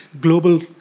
global